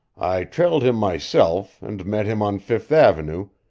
i trailed him myself and met him on fifth avenue,